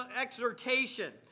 exhortation